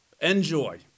Enjoy